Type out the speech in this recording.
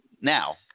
Now